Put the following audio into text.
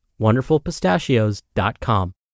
wonderfulpistachios.com